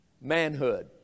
manhood